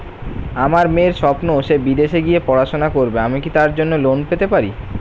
আমার মেয়ের স্বপ্ন সে বিদেশে গিয়ে পড়াশোনা করবে আমি কি তার জন্য লোন পেতে পারি?